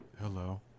hello